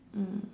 mm